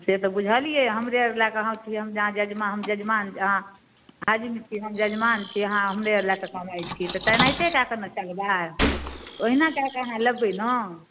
से तऽ बुझलियै हमरे लए कऽ अहाँ छी हम जज हम जजमान अहाँ आजिम छी हम जजमान छी अहाँ हमरे लए कऽ कमाइत छी तऽ तेनाहिते कए कऽ ने चलबै ओहिना कए कऽ अहाँ लेबै ने